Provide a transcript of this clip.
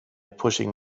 pushing